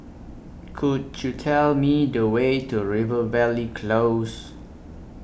Could YOU Tell Me The Way to Rivervale Close